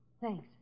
Thanks